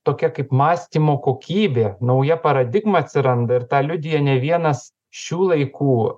tokia kaip mąstymo kokybė nauja paradigma atsiranda ir tą liudija ne vienas šių laikų